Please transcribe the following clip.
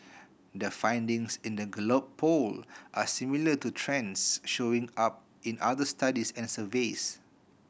the findings in the Gallup Poll are similar to trends showing up in other studies and surveys